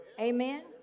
Amen